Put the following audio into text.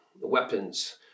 weapons